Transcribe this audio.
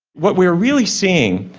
what we're really seeing,